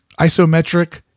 isometric